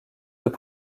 deux